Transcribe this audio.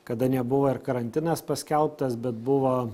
kada nebuvo ir karantinas paskelbtas bet buvo